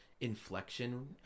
inflection